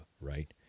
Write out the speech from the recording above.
right